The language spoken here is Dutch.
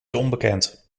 onbekend